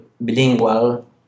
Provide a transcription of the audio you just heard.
bilingual